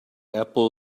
apple